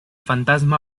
fantasma